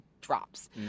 drops